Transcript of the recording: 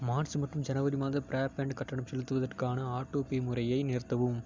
March மற்றும் ஜனவரி மாத ப்ராட்பேண்ட் கட்டணம் செலுத்துவதற்கான ஆட்டோபே முறையை நிறுத்தவும்